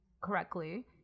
correctly